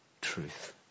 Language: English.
truth